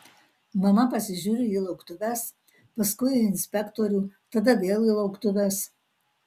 mama pasižiūri į lauktuves paskui į inspektorių tada vėl į lauktuves